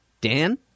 Dan